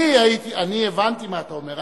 אני הבנתי מה אתה אומר.